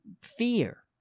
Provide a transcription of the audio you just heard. fear